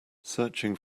searching